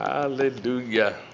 Hallelujah